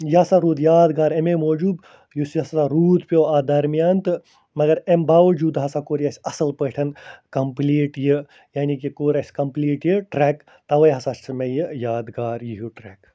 یہِ ہسا روٗد یادگار اَمے موجوٗب یُس ہسا روٗد پیوٚو اَتھ درمِیان تہٕ مگر اَمہِ باوُجوٗد ہسا کوٚر یہِ اَسہِ اَصٕل پٲٹھۍ کمپٕلیٖٹ یہِ یعنی کہِ کوٚر اَسہِ کَمپٕلیٖٹ یہِ ٹرٛٮ۪ک تَوَے ہسا چھِ مےٚ یہِ یادگار یہِ ہیوٗ ٹرٛٮ۪ک